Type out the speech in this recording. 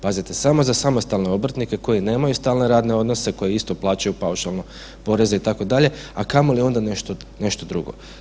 Pazite, samo za samostalne obrtnike koji nemaju stalne radne odnose, koji isto plaćaju paušalno poreze, itd., a kamoli onda nešto drugo.